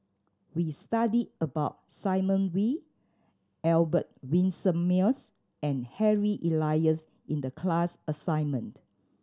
we studied about Simon Wee Albert Winsemius and Harry Elias in the class assignment